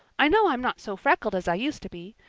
i know i'm not so freckled as i used to be,